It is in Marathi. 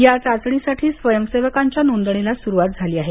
या चाचणीसाठी स्वयंसेवकांच्या नोंदणीला सुरुवात झाली आहे